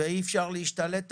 ואי-אפשר להשתלט עליו.